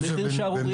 שזה מחיר שערורייתי.